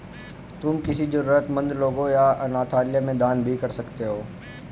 तुम किसी जरूरतमन्द लोगों या अनाथालय में दान भी कर सकते हो